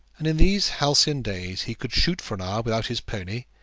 and in these halcyon days he could shoot for an hour without his pony,